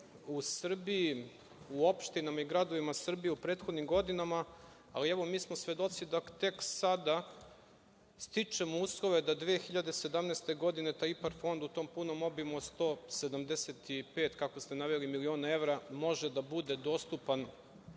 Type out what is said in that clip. u Srbiji, u opštinama i gradovima Srbije u prethodnim godinama, ali, evo, mi smo svedoci da tek sada stičemo uslove da 2017. godine taj IPARD fond u tom punom obimu od 175, kako ste naveli milion evra može da bude dostupan